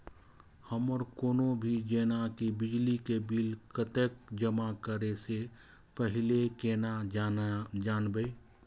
हमर कोनो भी जेना की बिजली के बिल कतैक जमा करे से पहीले केना जानबै?